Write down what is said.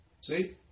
See